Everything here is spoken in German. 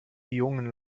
jungen